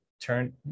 turn